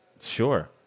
Sure